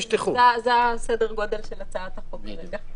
זה סדר הגודל של הצעת החוק כרגע.